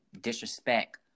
disrespect